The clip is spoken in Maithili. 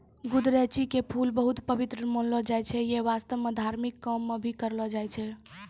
गुदरैंची के फूल बहुत पवित्र मानलो जाय छै यै वास्तं धार्मिक काम मॅ भी करलो जाय छै